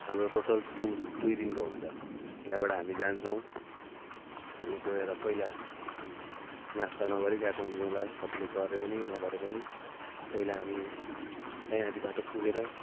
हाम्रो total tour दुई दिनको हुन्छ यहाँबाट हामी जान्छौँ हामी गएर पहिला नास्ता नगरी गएको हुन्थ्यौँ होला कतिले गरे पनि नगरे पनि पहिला हामी काहीँ आधी बाटो पुगेर